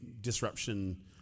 disruption